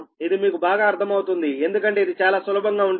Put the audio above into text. ఇది మీకు బాగా అర్థం అవుతుంది ఎందుకంటే ఇది చాలా సులభంగా ఉంటుంది